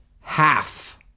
half